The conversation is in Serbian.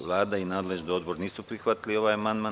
Vlada i nadležni odbor nisu prihvatili ovaj amandman.